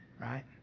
right